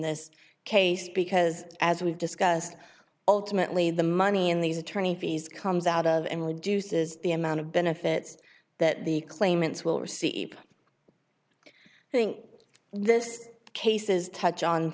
this case because as we've discussed ultimately the money in these attorney fees comes out of and reduces the amount of benefits that the claimants will receive i think this cases touch on